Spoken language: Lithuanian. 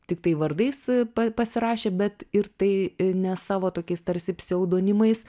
tiktai vardais pa pasirašė bet ir tai ne savo tokiais tarsi pseudonimais